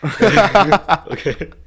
Okay